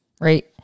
right